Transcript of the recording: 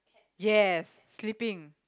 yes sleeping